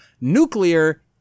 Nuclear